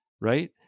right